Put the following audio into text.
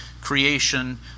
creation